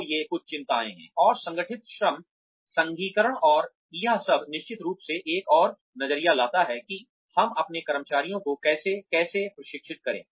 तो ये कुछ चिंताएं हैं और संगठित श्रम संघीकरण और यह सब निश्चित रूप से एक और नजरिया लाता है कि हम अपने कर्मचारियों को कैसे कैसे प्रशिक्षित करें